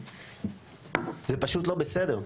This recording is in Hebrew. זה פשוט לא בסדר.